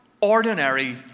ordinary